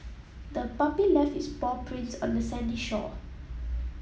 the puppy left its paw prints on the sandy shore